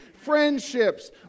Friendships